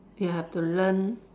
you have to learn